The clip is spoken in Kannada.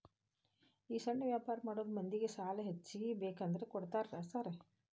ಈ ಸಣ್ಣ ವ್ಯಾಪಾರ ಮಾಡೋ ಮಂದಿಗೆ ಸಾಲ ಹೆಚ್ಚಿಗಿ ಬೇಕಂದ್ರ ಕೊಡ್ತೇರಾ ಸಾರ್?